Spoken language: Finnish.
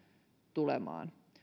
tulemaan